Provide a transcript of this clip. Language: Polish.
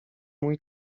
mój